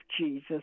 Jesus